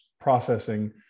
processing